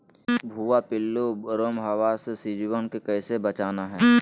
भुवा पिल्लु, रोमहवा से सिजुवन के कैसे बचाना है?